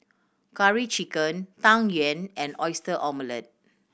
Curry Chicken Tang Yuen and Oyster Omelette